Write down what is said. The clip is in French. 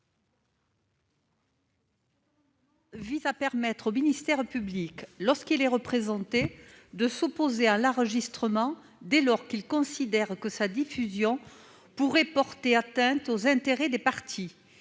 vise à permettre au ministère public, lorsqu'il est représenté, de s'opposer à l'enregistrement dès lors qu'il considère que sa diffusion pourrait porter atteinte aux intérêts des parties.